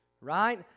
Right